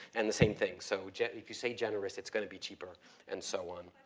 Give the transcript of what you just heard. and the same things, so gen, if you say generous, it's gonna be cheaper and so on.